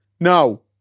No